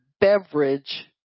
beverage